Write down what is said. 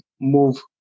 move